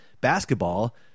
basketball